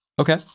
Okay